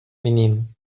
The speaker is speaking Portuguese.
menino